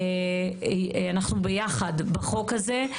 אנחנו ביחד בחוק הזה.